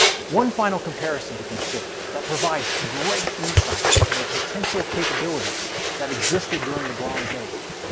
one final comparison to consider that provides great insight into the potential capabilities that existed during the bronze age,